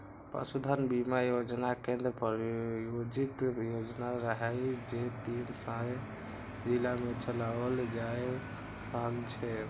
पशुधन बीमा योजना केंद्र प्रायोजित योजना रहै, जे तीन सय जिला मे चलाओल जा रहल छै